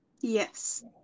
Yes